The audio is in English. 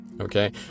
Okay